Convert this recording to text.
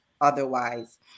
otherwise